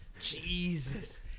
Jesus